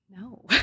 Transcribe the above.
No